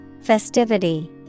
Festivity